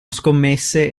scommesse